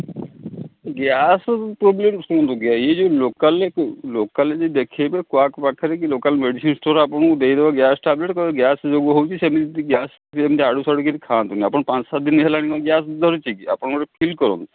gas problem ଶୁଣନ୍ତୁ ଇଏ ଯେଉଁ ଲୋକାଲ୍ରେ କି ଲୋକାଲ୍ରେ ଯେଉଁ ଦେଖେଇବେ ପାଖରେ କି ଲୋକାଲ୍ ମେଡ଼ିସିନ୍ ଷ୍ଟୋର୍ ଆପଣଙ୍କୁ ଦେଇଦେବେ ଗ୍ୟାସ୍ ଟାବଲେଟ୍ କହିବେ ଗ୍ୟାସ୍ ଯୋଗୁଁ ହେଉଛି ସେମିତି ଗ୍ୟାସ୍ ସେମିତି ୟାଡୁ ସିଆଡୁ କରି ଖାଆନ୍ତୁନି ଆପଣ ପାଞ୍ଚ ସାତ ଦିନ ହେଲାଣି କ'ଣ ଗ୍ୟାସ୍ ଧରିଛି କି ଆପଣ ଫିଲ୍ କରନ୍ତୁ